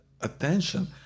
attention